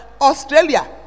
Australia